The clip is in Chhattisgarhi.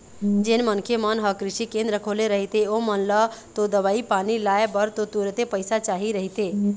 जेन मनखे मन ह कृषि केंद्र खोले रहिथे ओमन ल तो दवई पानी लाय बर तो तुरते पइसा चाही रहिथे